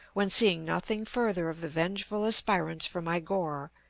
when, seeing nothing further of the vengeful aspirants for my gore,